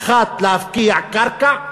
האחת, להפקיע קרקע,